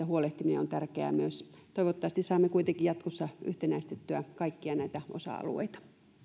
huolehtiminen on tärkeää myös toivottavasti saamme kuitenkin jatkossa yhtenäistettyä kaikkia näitä osa alueita